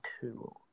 two